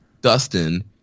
Dustin